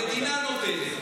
המדינה נותנת.